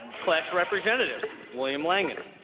class representative william langham,